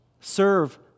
serve